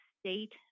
state